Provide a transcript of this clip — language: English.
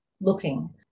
looking